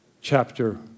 Chapter